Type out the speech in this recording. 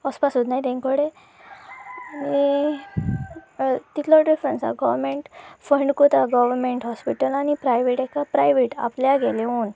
वचपा सोदनाय तांचे कडेन आनी तितलो डिफ्रंस आसा गोव्हमेंट फंड करता गोव्हमेंट हॉस्पिटल आनी प्रायवेट हाका प्रायवेट आपल्या गेलें ओन